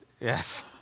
Yes